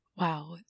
Wow